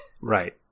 Right